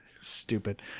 stupid